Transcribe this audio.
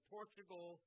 Portugal